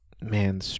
man